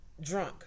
Drunk